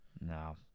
No